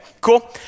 Cool